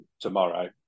tomorrow